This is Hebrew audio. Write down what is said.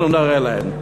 אנחנו נראה להם.